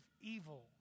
Evil